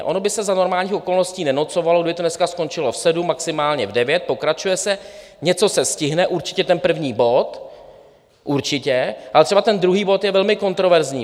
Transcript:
Ono by se za normálních okolností nenocovalo, kdyby to dneska skončilo v sedm, maximálně v devět, pokračuje se, něco se stihne, určitě ten první bod, určitě, ale třeba ten druhý bod je velmi kontroverzní.